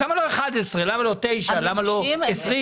למה לא 11, למה לא 9, למה לא 20?